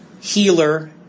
Healer